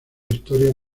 historia